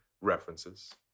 references